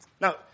Now